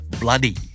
bloody